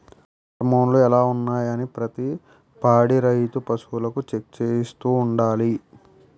హార్మోన్లు ఎలా ఉన్నాయి అనీ ప్రతి పాడి రైతు పశువులకు చెక్ చేయిస్తూ ఉండాలి